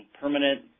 permanent